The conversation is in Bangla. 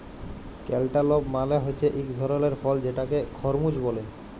ক্যালটালপ মালে হছে ইক ধরলের ফল যেটাকে খরমুজ ব্যলে